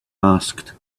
asked